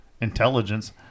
intelligence